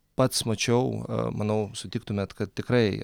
pats mačiau manau sutiktumėt kad tikrai